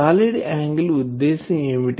solid angle ఉద్దేశం ఏమిటి